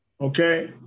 Okay